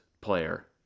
player